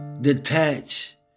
Detach